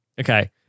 Okay